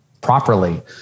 properly